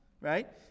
right